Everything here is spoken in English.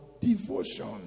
devotion